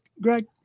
Greg